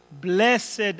blessed